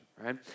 right